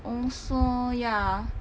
also ya